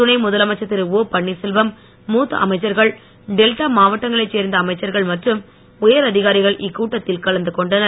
துணை முதலமைச்சர் திரு ஓ பன்வீர்செல்வம் மூத்த அமைச்சகர்கள் டெல்டா மாவட்டங்களைச் சேர்ந்த அமைச்சர்கள் மற்றும் உயரதிகாரிகள் இக்கூட்டத்தில் கலந்து கொண்டனர்